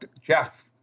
Jeff